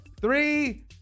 Three